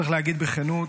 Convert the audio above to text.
צריך להגיד בכנות